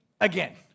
again